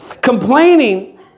Complaining